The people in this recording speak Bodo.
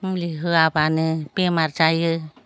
मुलि होआब्लानो बेमार जायो